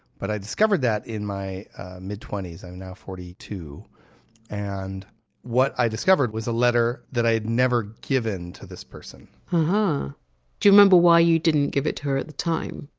but i discovered that in my mid twenty s i'm now forty-two and what i discovered was a letter that i had never given to this person but do you remember why you didn't give it to her at the time?